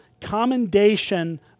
commendation